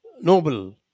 Noble